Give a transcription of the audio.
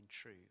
true